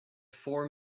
four